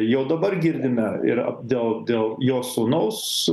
jau dabar girdime yra dėl dėl jo sūnaus